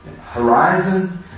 horizon